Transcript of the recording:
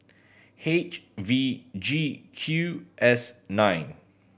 H V G Q S nine